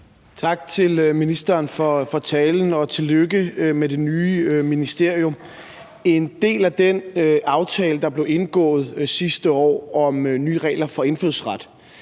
Tak til ministeren for talen, og tillykke med det nye ministerium. Et af elementerne i den aftale, der blev indgået sidste år om nye regler for indfødsret,